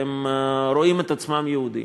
והם רואים את עצמם יהודים,